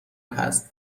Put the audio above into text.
هست